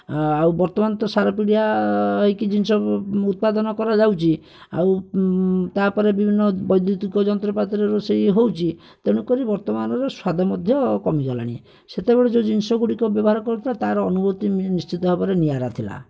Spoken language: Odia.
ଆଉ ବର୍ତ୍ତମାନ ତ ସାର ପିଡ଼ିଆ ହୋଇକି ଜିନିଷ ଉତ୍ପାଦନ କରାଯାଉଛି ଆଉ ତା'ପରେ ବିଭିନ୍ନ ବୈଦ୍ୟୁତିକ ଯନ୍ତ୍ରପାତିରେ ରୋଷେଇ ହେଉଛି ତେଣୁକରି ବର୍ତ୍ତମାନର ସ୍ୱାଦ ମଧ୍ୟ କମିଗଲାଣି ସେତେବେଳେ ଯେଉଁ ଜିନିଷଗୁଡ଼ିକ ବ୍ୟବହାର କରାହେଉଥିଲା ତା'ର ଅନୁଭୂତି ନିଶ୍ଚିତ ଭାବରେ ନିଆରା ଥିଲା